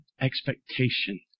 expectation